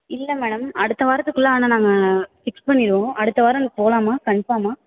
இல்லை மேடம் அடுத்த வாரத்துக்குள்ளே ஆனால் நாங்கள் ஃபிக்ஸ் பண்ணிடுவோம் அடுத்த வாரம் போகலாமா கன்ஃபார்மா